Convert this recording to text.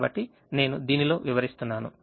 కాబట్టి నేను దీనిలో వివరిస్తున్నాను